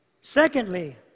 Secondly